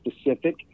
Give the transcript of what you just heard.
specific